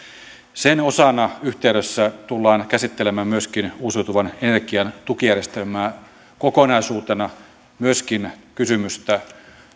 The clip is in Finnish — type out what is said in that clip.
sen osana ja yhteydessä tullaan käsittelemään myöskin uusiutuvan energian tukijärjestelmää kokonaisuutena myöskin kysymystä